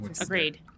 Agreed